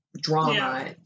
drama